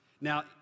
Now